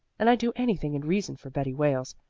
and i'd do anything in reason for betty wales,